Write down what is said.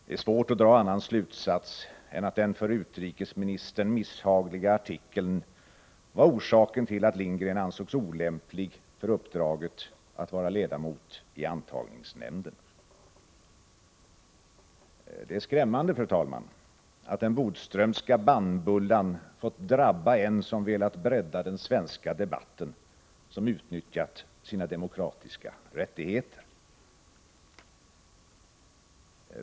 Det är svårt att dra någon annan slutsats än att den för utrikesministern misshagliga artikeln var orsaken till att Hugo Lindgren ansågs olämplig för uppdraget att vara ledamot i antagningsnämnden. Det är skrämmande, fru talman, att den Bodströmska bannbullan fått drabba en som har velat bredda den svenska debatten och som har utnyttjat sina demokratiska rättigheter.